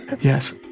yes